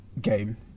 Game